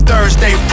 Thursday